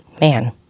man